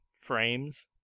Frames